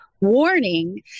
warning